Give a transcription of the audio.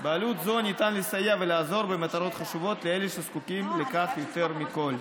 בעלות זו ניתן לסייע ולעזור במטרות חשובות לאלה שזקוקים לכך יותר מכול.